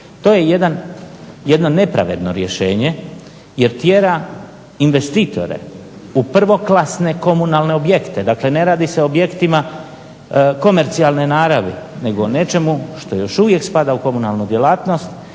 To je jedno nepravedno rješenje jer tjera investitore u prvoklasne komunalne objekte, dakle ne radi se o objektima komercijalne naravi nego nečemu što još uvijek spada u komunalnu djelatnost,